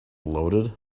loaded